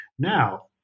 Now